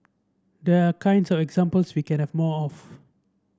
these are kinds of examples we can have more of